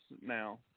now